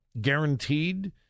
guaranteed